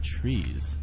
trees